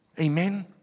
Amen